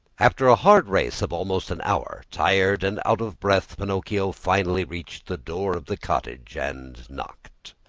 after a hard race of almost an hour, tired and out of breath, pinocchio finally reached the door of the cottage and knocked.